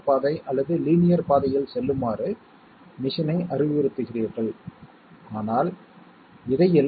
நாம் என்ன செய்தோம் என்றால் இந்த விதிமுறைகளுக்கு மேலும் 2 A AND B AND C ஐ கூட்டி உள்ளோம் எனவே நம்மிடம் என்ன இருக்கிறது